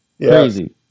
Crazy